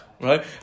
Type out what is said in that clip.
right